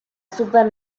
super